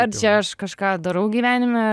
ar čia aš kažką darau gyvenime